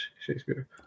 Shakespeare